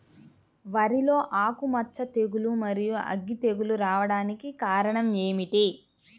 వరిలో ఆకుమచ్చ తెగులు, మరియు అగ్గి తెగులు రావడానికి కారణం ఏమిటి?